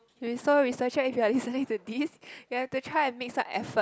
so researcher if you are listening to this you have to try and make some effort